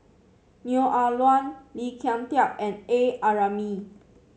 Neo Ah Luan Lee Kin Tat and A Ramli